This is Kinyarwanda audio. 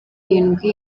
irindwi